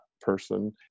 person